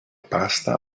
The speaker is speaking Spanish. pasta